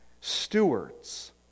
stewards